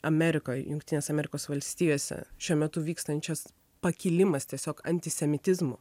amerikoj jungtinės amerikos valstijose šiuo metu vykstančias pakilimas tiesiog antisemitizmo